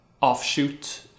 offshoot